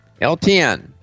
LTN